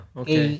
okay